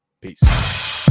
peace